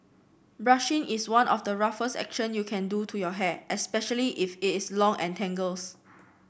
brushing is one of the roughest action you can do to your hair especially if it is long and tangles